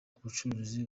ubucuruzi